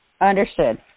Understood